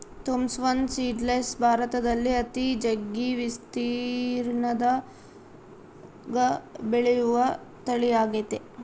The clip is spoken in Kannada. ಥೋಮ್ಸವ್ನ್ ಸೀಡ್ಲೆಸ್ ಭಾರತದಲ್ಲಿ ಅತಿ ಜಗ್ಗಿ ವಿಸ್ತೀರ್ಣದಗ ಬೆಳೆಯುವ ತಳಿಯಾಗೆತೆ